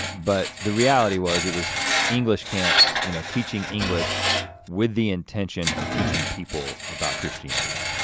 but the reality was, it was english camps, you know teaching english with the intention of teaching people about christianity.